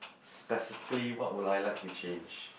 specifically what would I like to change